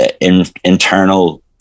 internal